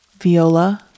Viola